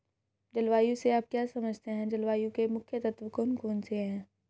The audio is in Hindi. जलवायु से आप क्या समझते हैं जलवायु के मुख्य तत्व कौन कौन से हैं?